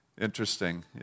Interesting